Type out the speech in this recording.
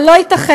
אבל לא ייתכן,